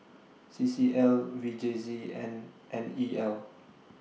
C C L V J C and N E L